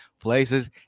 places